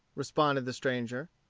responded the stranger,